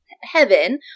heaven